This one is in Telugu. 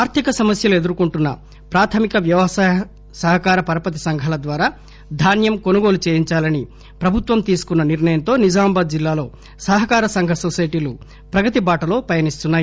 ఆర్థిక సమస్యలు ఎదుర్కొంటున్న ప్రాధమిక వ్యవసాయ సహకార పరపతి సంఘాల ద్వారా ధాన్యం కొనుగోలు చేయించాలని ప్రభుత్వం తీసుకున్న నిర్ణయంతో నిజామాబాద్ జిల్లాలో సహకార సంఘ నొసైటీలు ప్రగతి బాటలో పయనిస్తున్నాయి